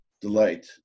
delight